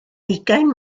ugain